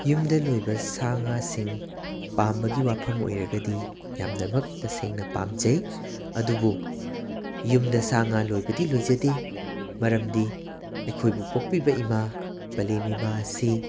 ꯌꯨꯝꯗ ꯂꯣꯏꯕ ꯁꯥ ꯉꯥꯁꯤꯡ ꯄꯥꯝꯕꯒꯤ ꯋꯥꯐꯝ ꯑꯣꯏꯔꯒꯗꯤ ꯌꯥꯝꯅꯃꯛ ꯇꯁꯦꯡꯅ ꯄꯥꯝꯖꯩ ꯑꯗꯨꯕꯨ ꯌꯨꯝꯗ ꯁꯥ ꯉꯥ ꯂꯣꯏꯕꯗꯤ ꯂꯣꯏꯖꯗꯦ ꯃꯔꯝꯗꯤ ꯑꯩꯈꯣꯏꯕꯨ ꯄꯣꯛꯄꯤꯕ ꯏꯃꯥ ꯄꯂꯦꯝ ꯏꯃꯥ ꯑꯁꯤ